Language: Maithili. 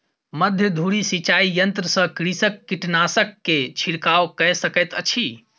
मध्य धूरी सिचाई यंत्र सॅ कृषक कीटनाशक के छिड़काव कय सकैत अछि